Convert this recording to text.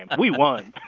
and we won.